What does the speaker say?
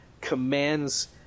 commands